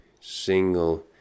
single